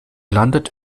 landet